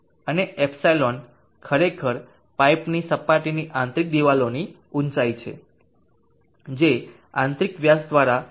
અને ε ખરેખર પાઇપની સપાટીની આંતરિક દિવાલો ની ઊંચાઇ છે જે આંતરિક વ્યાસ દ્વારા વિભાજિત થાય છે